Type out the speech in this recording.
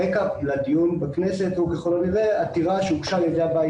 הרקע לדיון בכנסת הוא ככל הנראה עתירה שהוגשה על ידי הבית